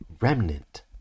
remnant